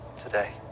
today